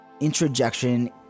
Introjection